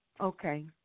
Okay